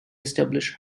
establish